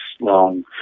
long